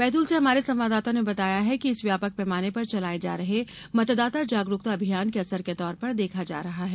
बैतूल से हमारे संवाददाता ने बताया है कि इसे व्यापक पैमाने पर चलाये जा रहे मतदाता जागरूकता अभियान के असर के तौर पर देखा जा रहा है